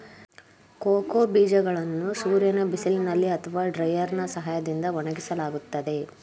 cocoa ಬೀಜಗಳನ್ನು ಸೂರ್ಯನ ಬಿಸಿಲಿನಲ್ಲಿ ಅಥವಾ ಡ್ರೈಯರ್ನಾ ಸಹಾಯದಿಂದ ಒಣಗಿಸಲಾಗುತ್ತದೆ